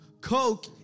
Coke